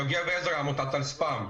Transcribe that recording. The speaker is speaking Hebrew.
אני יוגב עזרא מעמותת אל-ספאם.